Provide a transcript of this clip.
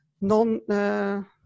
non